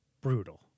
brutal